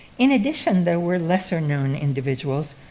in addition, there were lesser-known individuals,